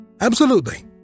Absolutely